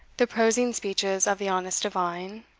the prosing speeches of the honest divine,